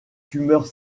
tumeurs